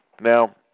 Now